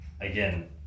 again